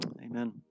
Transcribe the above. Amen